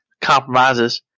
compromises